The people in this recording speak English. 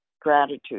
gratitude